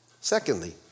Secondly